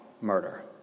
murder